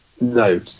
no